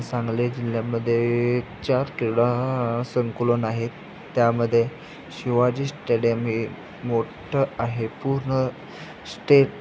सांगली जिल्ह्यामध्ये चार क्रीडा संकुलन आहे त्यामध्ये शिवाजी स्टॅडियम ही मोठं आहे पूर्ण स्टेट